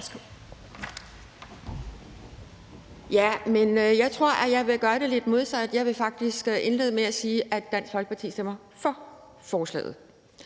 Jeg tror, jeg vil gøre det lidt modsat. Jeg vil faktisk indlede med at sige, at Dansk Folkeparti stemmer for forslaget,